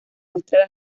muestra